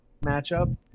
matchup